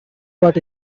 what